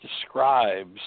describes